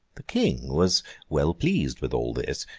the king was well pleased with all this,